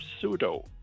pseudo